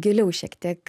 giliau šiek tiek